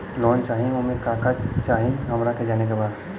Loan चाही उमे का का चाही हमरा के जाने के बा?